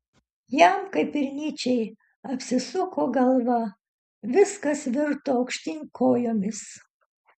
jam kaip ir nyčei apsisuko galva viskas virto aukštyn kojomis